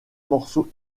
morceaux